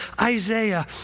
Isaiah